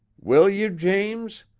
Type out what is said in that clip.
will you, james?